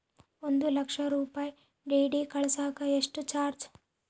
ಒಂದು ಲಕ್ಷ ರೂಪಾಯಿ ಡಿ.ಡಿ ಕಳಸಾಕ ಎಷ್ಟು ಚಾರ್ಜ್?